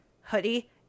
hoodie